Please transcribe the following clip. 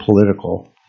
political